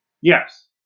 Yes